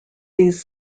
these